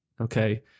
Okay